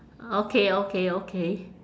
okay okay okay